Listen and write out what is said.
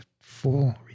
full